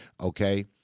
Okay